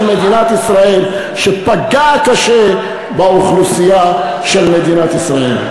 מדינת ישראל שפגע קשה באוכלוסייה של מדינת ישראל.